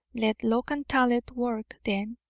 let local talent work, then,